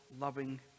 loving